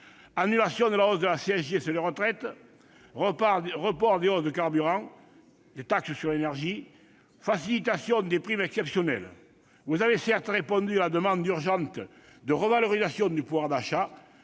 annulation de la hausse de la CSG sur les retraites, report des hausses des prix du carburant et des taxes sur l'énergie, facilitation des primes exceptionnelles. Vous avez certes répondu à une demande urgente de revalorisation du pouvoir d'achat,